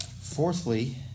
fourthly